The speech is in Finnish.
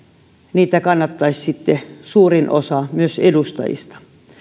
niitä kannattaisi sitten myös suurin osa edustajista